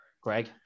Greg